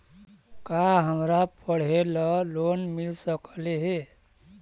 का हमरा पढ़े ल लोन मिल सकले हे?